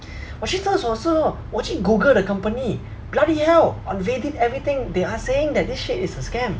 我去厕所的时候我去 google the company bloody hell on reddit everything they are saying that this shit is a scam